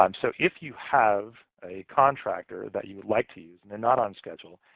um so if you have a contractor that you would like to use, and they're not on schedule,